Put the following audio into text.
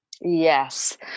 Yes